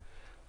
משרד הביטחון,